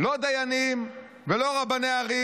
לא דיינים ולא רבני ערים.